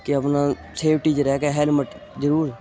ਕਿ ਆਪਣਾ ਸੇਫਟੀ 'ਚ ਰਹਿ ਕੇ ਹੈਲਮਟ ਜ਼ਰੂਰ